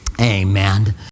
Amen